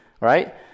Right